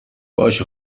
باشه